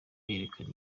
yerekana